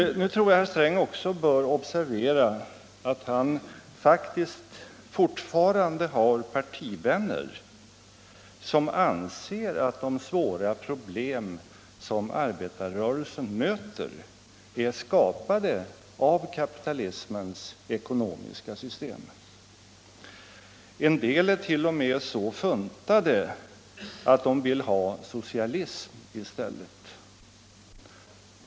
Nu tror jag att herr Sträng också bör observera att han faktiskt fortfarande har partivänner som anser att de svåra problem som arbetarrörelsen möter är skapade av kapitalismens ekonomiska system. En del är t.o.m. så funtade att de vill ha socialism i stället.